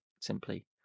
simply